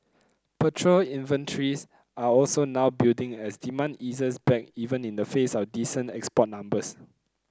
petrol inventories are also now building as demand eases back even in the face of decent export numbers